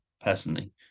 personally